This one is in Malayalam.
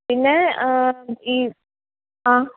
പിന്നെ ഈ ആ